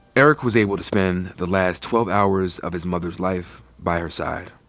eric was able to spend the last twelve hours of his mother's life by her side.